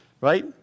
right